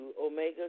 omega